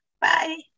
Bye